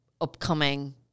upcoming